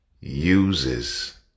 uses